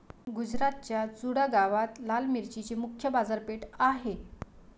गुजरातच्या चुडा गावात लाल मिरचीची मुख्य बाजारपेठ आहे